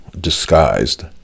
disguised